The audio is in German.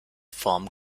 form